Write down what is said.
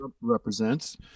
represents